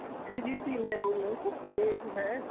جی جی جی میں بول رہا ہوں سر یہ جو ہے